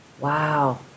Wow